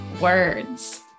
words